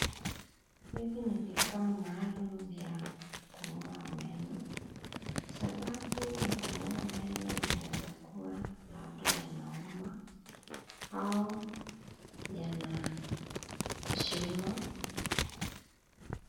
Hivi ni vifaa maalum vya kung'oa meno, sababu ya kung'oa meno inaeza kuwa labda yanauma au yana shimo.